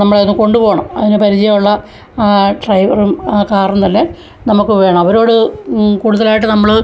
നമ്മളെ ഒന്ന് കൊണ്ടു പോകണം അതിന് പരിചയമുള്ള ആ ഡ്രൈവറും ആ കാറും തന്നെ നമുക്ക് വേണം അവരോട് കൂടുതലായിട്ട് നമ്മൾ